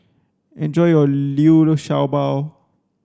enjoy your liu sha bao